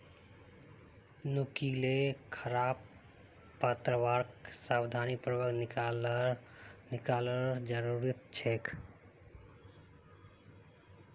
नुकीले खरपतवारक सावधानी पूर्वक निकलवार जरूरत छेक